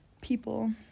people